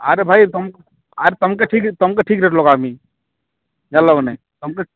ଆରେ ଭାଇ ତୁମକୁ ଆରେ ତମ୍କେ ଠିକ୍ ତମ୍କେ ଠିକ୍ ରେଟ୍ ଲଗାଁବି ଜାଣିଲ କି ନାଇଁ ତମ୍କୁ